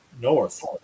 north